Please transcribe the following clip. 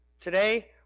Today